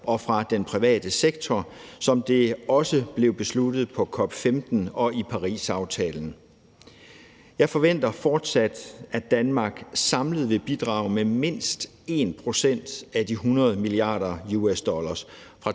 og fra den private sektor, som det også blev besluttet på COP15 og i Parisaftalen Jeg forventer fortsat, at Danmark samlet vil bidrage med mindst 1 pct. af de 100 mia. dollar fra